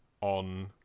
on